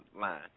line